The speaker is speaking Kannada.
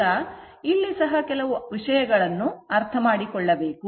ಈಗ ಇಲ್ಲಿ ಸಹ ಕೆಲವು ವಿಷಯಗಳನ್ನು ಅರ್ಥಮಾಡಿಕೊಳ್ಳಬೇಕು